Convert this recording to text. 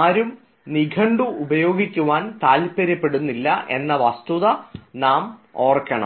ആരും നിഘണ്ടുവും ഉപയോഗിക്കുവാൻ താല്പര്യപ്പെടുന്നില്ല എന്ന വസ്തുത മനസ്സിലാക്കണം